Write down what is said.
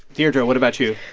deirdre, what about you?